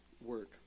work